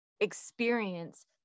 Experience